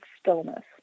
stillness